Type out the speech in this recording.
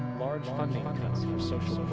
large funding cuts for social